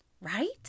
Right